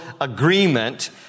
agreement